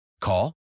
Call